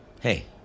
Hey